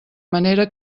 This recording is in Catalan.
manera